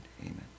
Amen